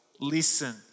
listen